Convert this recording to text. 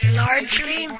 largely